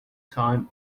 time